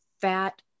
fat